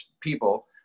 People